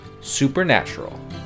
Supernatural